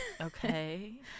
Okay